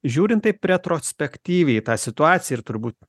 žiūrint taip retrospektyviai į tą situaciją ir turbūt